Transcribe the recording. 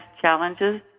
challenges